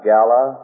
Gala